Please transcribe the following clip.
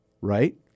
right